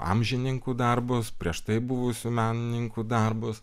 amžininkų darbus prieš tai buvusių menininkų darbus